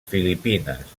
filipines